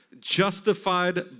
justified